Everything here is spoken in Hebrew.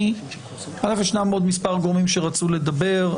יש עוד כמה גורמים שרצו לדבר,